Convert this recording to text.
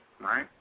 right